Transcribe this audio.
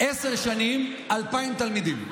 עשר שנים, 2,000 תלמידים.